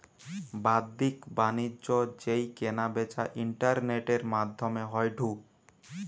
বাদ্দিক বাণিজ্য যেই কেনা বেচা ইন্টারনেটের মাদ্ধমে হয়ঢু